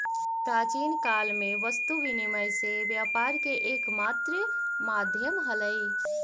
प्राचीन काल में वस्तु विनिमय से व्यापार के एकमात्र माध्यम हलइ